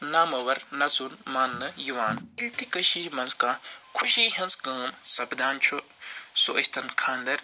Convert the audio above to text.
نامور نژُن ماننہٕ یِوان ییٚلہِ تہِ کٔشیٖرِ منٛز کانٛہہ خوشی ہنٛز کٲم سپدان چھُ سُہ ٲسۍ تن خانٛدر